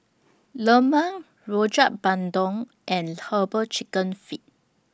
Lemang Rojak Bandung and Herbal Chicken Feet